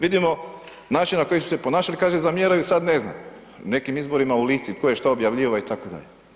Vidimo način na koji su se ponašali, kaže zamjeraju sad ne znam, u nekim izborima u Lici tko je šta objavljivao itd.